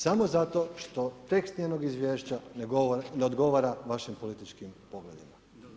Samo zato što tekst njenog izvješća ne odgovara vašem političkim pogledima.